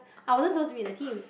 I wasn't supposed to be in the team